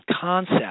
concept